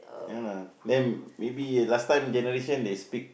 ya lah then maybe last time generation they speak